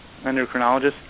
endocrinologist